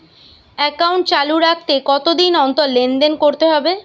Account চালু রাখতে কতদিন অন্তর লেনদেন করতে হবে?